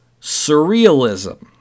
surrealism